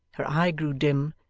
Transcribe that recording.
her eye grew dim,